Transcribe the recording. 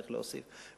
צריך להוסיף,